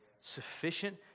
Sufficient